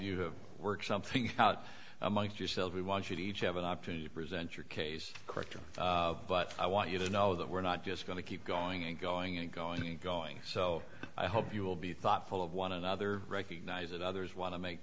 to work something out amongst yourselves we want you to each have an opportunity to present your case correctly but i want you to know that we're not just going to keep going and going and going and going so i hope you will be thoughtful of one another recognize that others want to make